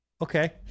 Okay